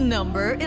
Number